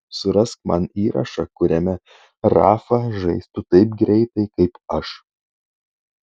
surask man įrašą kuriame rafa žaistų taip greitai kaip aš